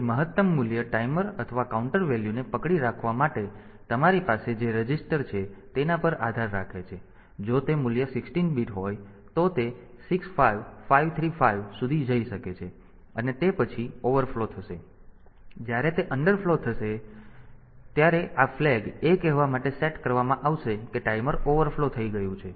તેથી તે મહત્તમ મૂલ્ય ટાઈમર અથવા કાઉન્ટર વેલ્યુને પકડી રાખવા માટે તમારી પાસે જે રજિસ્ટર છે તેના પર આધાર રાખે છે જો તે મૂલ્ય 16 બીટ હોય તો તે 65535 સુધી જઈ શકે છે અને તે પછી ઓવરફ્લો થશે અને જ્યારે તે અંડરફ્લો થશે ત્યારે આ ફ્લેગ એ કહેવા માટે સેટ કરવામાં આવશે કે ટાઈમર ઓવરફ્લો થઈ ગયું છે